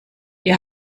ihr